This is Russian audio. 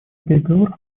переговоров